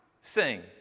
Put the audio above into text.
sing